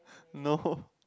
no